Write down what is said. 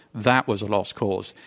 that was a lost cause.